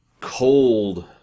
cold